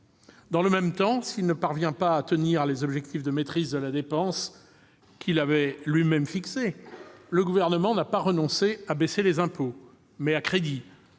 Dans le même temps, s'il ne parvient pas à tenir les objectifs de maîtrise de la dépense qu'il avait lui-même fixés, le Gouvernement n'a pas renoncé à baisser les impôts, mais il